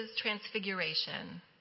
Transfiguration